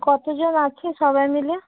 কত জন আছে সবাই মিলে